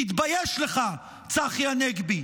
תתבייש לך, צחי הנגבי.